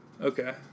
Okay